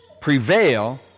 prevail